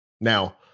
Now